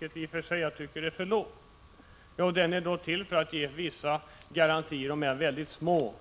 — ett enligt min mening alltför lågt belopp? Jo, syftet är att åstadkomma vissa garantier, om än väldigt små